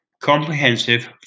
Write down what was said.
comprehensive